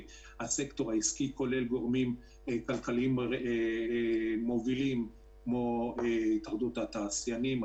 כולל הסקטור העסקי וכולל כל מיני גורמים מובילים כמו התאחדות התעשיינים,